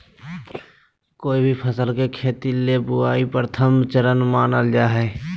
कोय भी फसल के खेती ले बुआई प्रथम चरण मानल जा हय